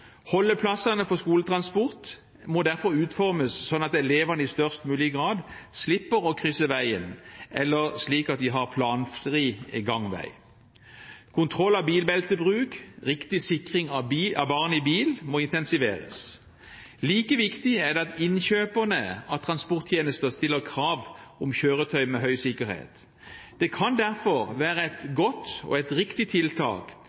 Holdeplassene for skoletransport må derfor utformes slik at elevene i størst mulig grad slipper å krysse veien, eller slik at de har planfri gangvei. Kontroll av bilbeltebruk og riktig sikring av barn i bil må intensiveres. Like viktig er det at innkjøperne av transporttjenester stiller krav om kjøretøy med høy sikkerhet. Det kan derfor være et godt og riktig tiltak